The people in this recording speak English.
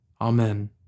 Amen